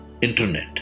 internet